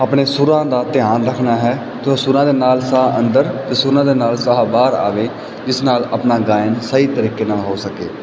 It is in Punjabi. ਆਪਣੇ ਸੁਰਾਂ ਦਾ ਧਿਆਨ ਲੱਖਣਾ ਹੈ ਅਤੇ ਉਹ ਸੁਰਾਂ ਦੇ ਨਾਲ ਸਾਹ ਅੰਦਰ ਅਤੇ ਸੁਰਾਂ ਦੇ ਨਾਲ ਸਾਹ ਬਾਹਰ ਆਵੇ ਜਿਸ ਨਾਲ ਆਪਣਾ ਗਾਇਨ ਸਹੀ ਤਰੀਕੇ ਨਾਲ ਹੋ ਸਕੇ